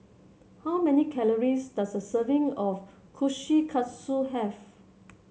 how many calories does a serving of Kushikatsu have